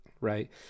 right